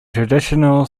traditional